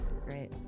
Great